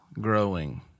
growing